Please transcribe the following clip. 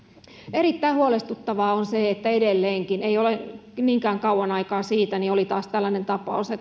erittäin huolestuttavaa on se että ei ole niinkään kauan aikaa siitä kun oli taas tällainen tapaus